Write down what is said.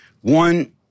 One